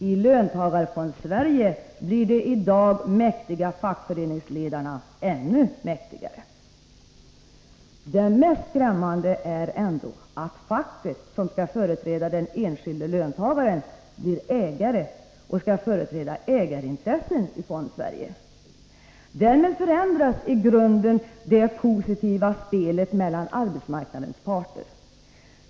I Löntagarfondssverige blir de i dag mäktiga fackföreningsledarna ännu mäktigare! Det mest skrämmande är ändå att facket, som skall företräda den enskilde löntagaren, blir ägare och skall företräda ägarintressen i Fondsverige. Därmed förändras i grunden det positiva spelet mellan arbetsmarknadens parter.